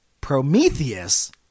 Prometheus